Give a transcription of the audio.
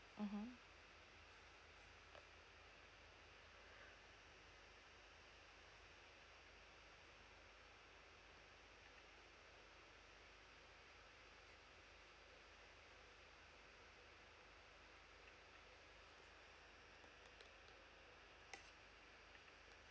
mmhmm